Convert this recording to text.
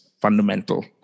fundamental